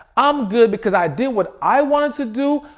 i'm good because i did what i wanted to do.